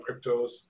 cryptos